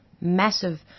Massive